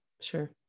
Sure